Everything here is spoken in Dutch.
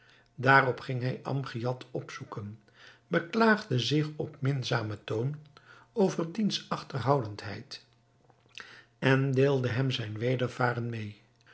daarop ging hij amgiad opzoeken beklaagde zich op minzamen toon over diens achterhoudendheid en deelde hem zijn wedervaren mede